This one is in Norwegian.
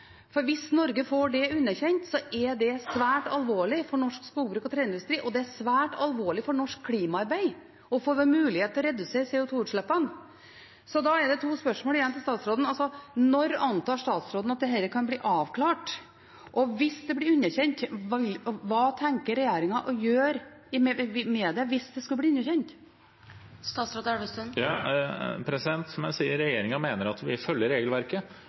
For hvis Norge får det underkjent, er det svært alvorlig for norsk skogbruk og treindustri, og det er svært alvorlig for norsk klimaarbeid og for vår mulighet til å redusere CO 2 -utslippene. Så da er det to spørsmål igjen til statsråden. Når antar statsråden at dette kan bli avklart? Og hva tenker regjeringen å gjøre med det hvis det skulle bli underkjent? Som jeg sier: Regjeringen mener at vi følger regelverket,